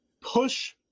push